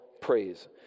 praise